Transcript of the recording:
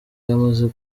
yamaze